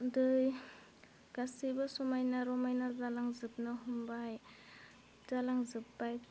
दै गासैबो समायना रमायना जालांजोबनो हमबाय जालांजोबाय